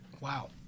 Wow